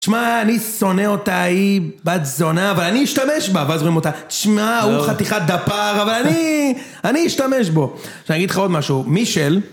תשמע, אני שונא אותה, היא בת זונה, אבל אני אשתמש בה, ואז רואים אותה. תשמע, הוא חתיכת דפר, אבל אני, אני אשתמש בו. עכשיו אני אגיד לך עוד משהו, מישל...